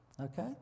Okay